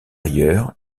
ailleurs